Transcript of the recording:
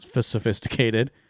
sophisticated